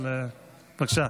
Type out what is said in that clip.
אבל בבקשה,